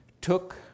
took